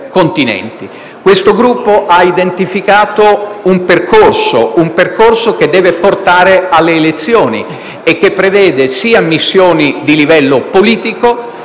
Questo Gruppo ha identificato un percorso che deve portare alle elezioni e che prevede missioni di livello sia politico